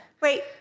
Wait